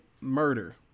murder